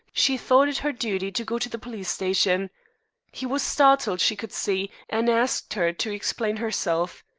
she thought it her duty to go to the police-station. he was startled, she could see, and asked her to explain herself.